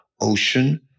ocean